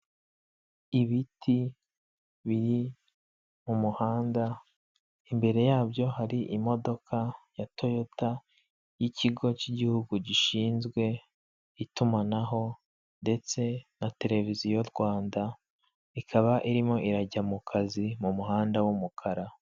Ibiti biri mu muhanda imbere yabyo hari imodoka ya toyota y'ikigo cy'igihugu gishinzwe itumanaho ndetse na televiziyo Rwanda ikaba irimo irajya mu kazi mu muhanda w'umukara.